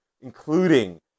including